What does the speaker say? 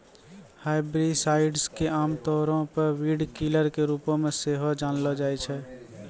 herbicides के आमतौरो पे वीडकिलर के रुपो मे सेहो जानलो जाय छै